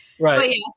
Right